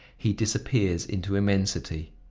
he disappears into immensity!